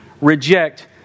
reject